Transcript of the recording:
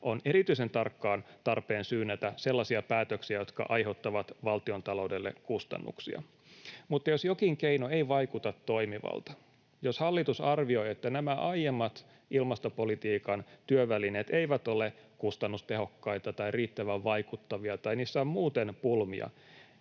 on erityisen tarkkaan tarpeen syynätä sellaisia päätöksiä, jotka aiheuttavat valtiontaloudelle kustannuksia. Mutta jos jokin keino ei vaikuta toimivalta, siis jos hallitus arvioi, että nämä aiemmat ilmastopolitiikan työvälineet eivät ole kustannustehokkaita tai riittävän vaikuttavia tai niissä on muuten pulmia,